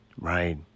Right